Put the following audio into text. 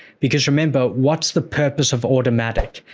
because remember, what's the purpose of automatic?